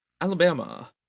Alabama